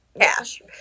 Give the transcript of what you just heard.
cash